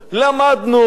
למדנו,